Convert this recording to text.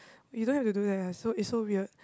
you don't have to do that ah so it's so weird